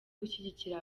gushyigikira